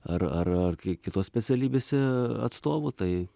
ar ar ar kitos specialybėse atstovu tai